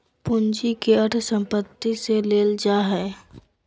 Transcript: पूंजी के अर्थ संपत्ति से लेल जा हइ